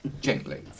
Gently